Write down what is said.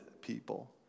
people